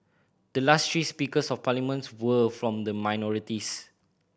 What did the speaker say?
the last three Speakers of Parliament were from the minorities